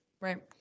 right